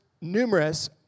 numerous